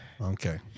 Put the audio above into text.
Okay